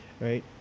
Right